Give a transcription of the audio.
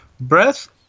Breath